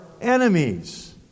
enemies